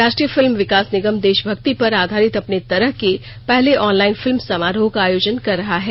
राष्ट्रीय फिल्म विकास निगम देशभक्ति पर आधारित अपने तरह के पहले ऑनलाइन फिल्म समारोह का आयोजन कर रहा है